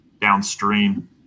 downstream